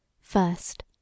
First